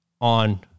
on